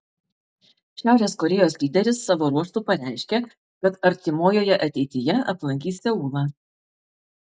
šiaurės korėjos lyderis savo ruožtu pareiškė kad artimoje ateityje aplankys seulą